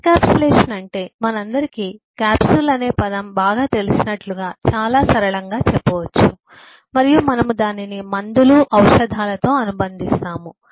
encapsulation అంటే మనందరికీ capsule అనే పదాన్ని బాగా తెలిసినట్లుగా చాలా సరళంగా చెప్పవచ్చు మరియు మనము దానిని మందులు ఔషధాలతో అనుబంధిస్తాము